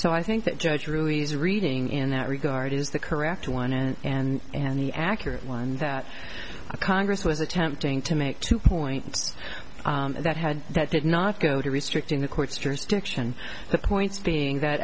so i think that judge ruiz reading in that regard is the correct one and and and the accurate one that congress was attempting to make two points that had that did not go to restricting the court's jurisdiction the points being that